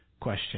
question